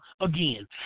again